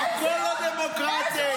הכול לא דמוקרטי.